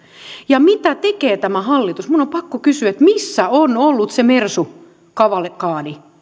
ja mitä tekee tämä hallitus minun on pakko kysyä missä on ollut se mersu kavalkadi